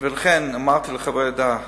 לכן אמרתי שחברי הוועדה ימשיכו.